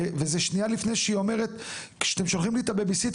וזה שנייה לפני שהיא אומרת כשאתם מביאים לי את הבייביסיטר